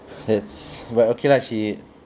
it's but okay lah she